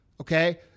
okay